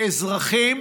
אזרחים